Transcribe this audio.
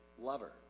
lover